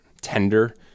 tender